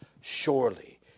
Surely